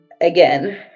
again